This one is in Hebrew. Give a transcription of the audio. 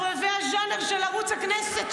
לחובבי הז'אנר של ערוץ הכנסת,